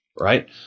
right